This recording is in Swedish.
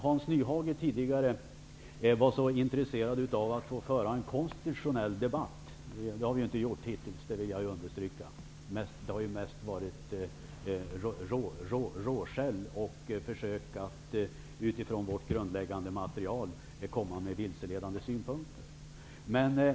Hans Nyhage var tidigare intresserad av att föra en konstitutionell debatt. Det har vi inte gjort hittills det vill jag understryka. Det har mest varit råskäll och försök att utifrån vårt grundläggande material komma med vilseledande synpunkter.